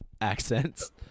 accents